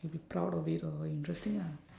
you'll be proud of it or interesting ah